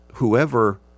whoever